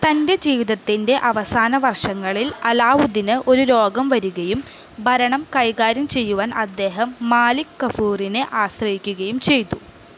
തന്റെ ജീവിതത്തിന്റെ അവസാനവർഷങ്ങളിൽ അലാവുദിന് ഒരു രോഗം വരുകയും ഭരണം കൈകാര്യം ചെയ്യുവാൻ അദ്ദേഹം മാലിക് കഫൂറിനെ ആശ്രയിക്കുകയും ചെയ്തു